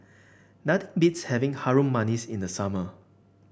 not beats having Harum Manis in the summer